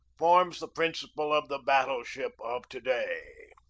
forms the principle of the battle ship of to-day.